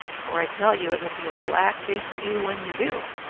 for i tell you it will be a black day for you when you do.